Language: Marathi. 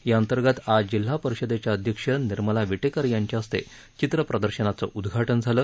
याअंतर्गत आज जिल्हा परिषदेच्या अध्यक्ष निर्मला विटेकर यांच्या हस्ते चित्र प्रदर्शनाचं उद्घाटन झालं